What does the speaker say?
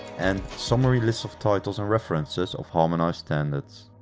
and summary list of titles and references of harmonised standards.